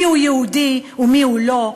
מיהו יהודי ומיהו לא,